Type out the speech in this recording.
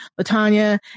LaTanya